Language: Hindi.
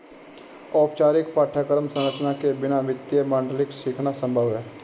औपचारिक पाठ्यक्रम संरचना के बिना वित्तीय मॉडलिंग सीखना संभव हैं